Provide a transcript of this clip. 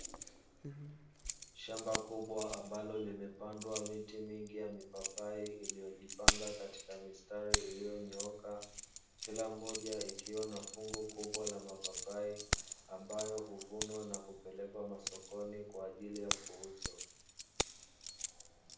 Shamba kubwa ambalo limepandwa miti mingi ya mpapai iliyojipanga katika mistari iliyonyooka, kila mmoja ikiwa na fungu kubwa la mapapai, ambalo huvunwa na kupelekwa sokoni kwa ajili ya kuuzwa.